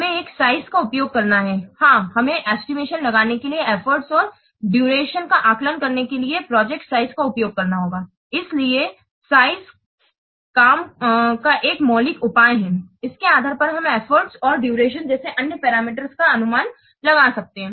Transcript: हमें एक साइज का उपयोग करना है हाँ हमें एस्टिमेशन लगाने के लिए एफर्ट और दरशण का आकलन करने क लिए प्रोजेक्ट साइज का उपयोग करना होगा इसलिए साइज काम का एक मौलिक उपाय है इसके आधार पर हम एफर्ट और दरशण जैसे अन्य पैरामीटर्स का अनुमान लगा सकते हैं